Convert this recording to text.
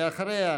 ואחריה,